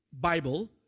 Bible